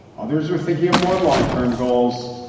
others are thinking of more long term goals,